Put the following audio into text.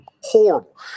horrible